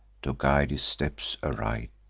to guide his steps aright.